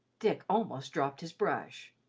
dick almost dropped his brush.